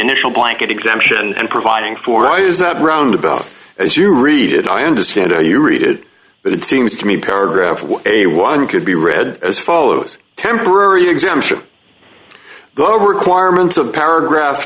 initial blanket exemption and providing for a is that roundabout as you read it i understand you read it but it seems to me paragraph one a one could be read as follows temporary exemption the over acquirements of paragraph